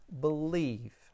believe